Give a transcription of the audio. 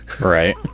right